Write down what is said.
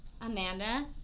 Amanda